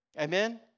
Amen